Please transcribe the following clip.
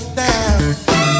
down